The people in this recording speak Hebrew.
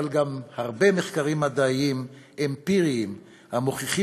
אבל יש גם הרבה מחקרים מדעיים אמפיריים המוכיחים